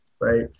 right